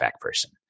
person